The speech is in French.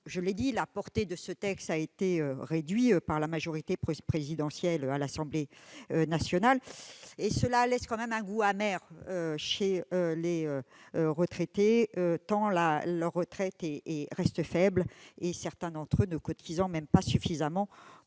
et syndicaux. La portée de ce texte a été réduite par la majorité présidentielle de l'Assemblée nationale ; cela laisse tout de même un goût amer chez les retraités, tant leurs pensions restent faibles : certains d'entre eux ne cotisent même pas suffisamment